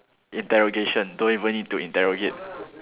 interrogation don't even need to interrogate